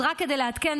אז רק כדי לעדכן,